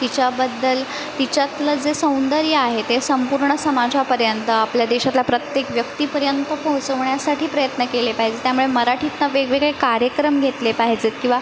तिच्याबद्दल तिच्यातलं जे सौंदर्य आहे ते संपूर्ण समाजापर्यंत आपल्या देशातल्या प्रत्येक व्यक्तीपर्यंत पोहोचवण्यासाठी प्रयत्न केले पाहिजे त्यामुळे मराठीतनं वेगवेगळे कार्यक्रम घेतले पाहिजेत किंवा